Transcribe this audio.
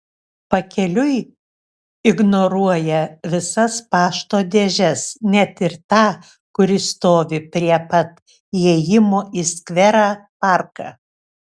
pakeliui ignoruoja visas pašto dėžes net ir tą kuri stovi prie pat įėjimo į skverą parką